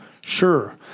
Sure